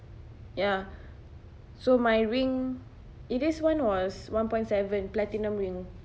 ya so my ring eday's one was one point seven platinum ring